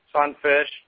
sunfish